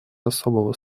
особого